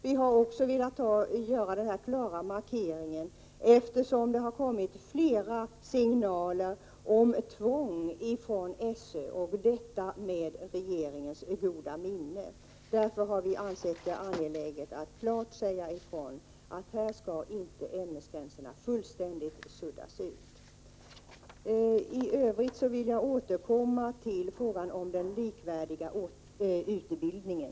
Vi har velat göra denna klara markering eftersom det har kommit flera signaler om tvång från skolöverstyrelsen, och detta med regeringens goda minne. Därför har vi ansett det angeläget att klart säga ifrån att ämnesgränserna inte fullständigt får suddas ut. Jag återkommer till frågan om den likvärdiga utbildningen.